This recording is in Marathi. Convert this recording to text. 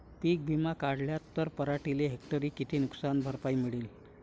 पीक विमा काढला त पराटीले हेक्टरी किती नुकसान भरपाई मिळीनं?